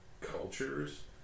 cultures